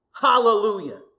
Hallelujah